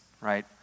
right